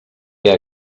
què